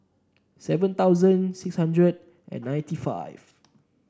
seven thousand six hundred and ninety five